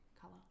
color